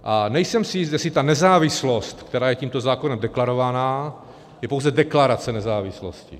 A nejsem si jist, jestli ta nezávislost, která je tímto zákonem deklarovaná, je pouze deklarace nezávislosti.